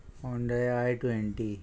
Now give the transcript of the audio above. Hyundai I twenty